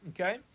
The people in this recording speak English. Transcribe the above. Okay